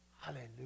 Hallelujah